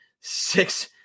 six